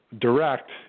direct